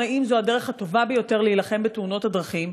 אם זו הדרך הטובה ביותר להילחם בתאונות הדרכים.